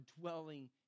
dwelling